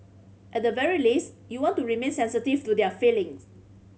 at the very least you want to remain sensitive to their feelings